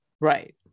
Right